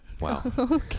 Wow